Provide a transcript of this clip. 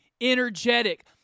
energetic